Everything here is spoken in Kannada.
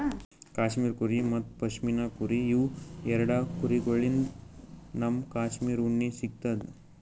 ಕ್ಯಾಶ್ಮೀರ್ ಕುರಿ ಮತ್ತ್ ಪಶ್ಮಿನಾ ಕುರಿ ಇವ್ ಎರಡ ಕುರಿಗೊಳ್ಳಿನ್ತ್ ನಮ್ಗ್ ಕ್ಯಾಶ್ಮೀರ್ ಉಣ್ಣಿ ಸಿಗ್ತದ್